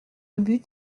but